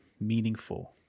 meaningful